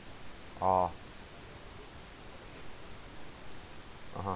ah (uh huh)